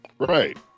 Right